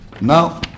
Now